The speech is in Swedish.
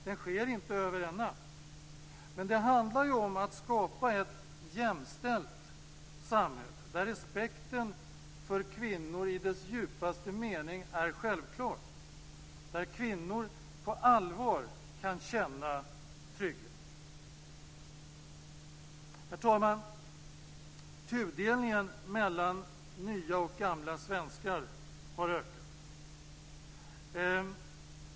Den genomförs inte över en natt. Men det handlar om att skapa ett jämställt samhälle där respekten för kvinnor i dess djupaste mening är självklar, där kvinnor på allvar kan känna trygghet. Herr talman! Tudelningen mellan nya och gamla svenskar har ökat.